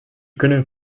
couldn’t